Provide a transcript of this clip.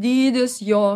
dydis jo